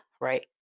Right